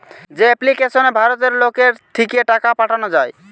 যে এপ্লিকেশনে ভারতের লোকের থিকে টাকা পাঠানা যায়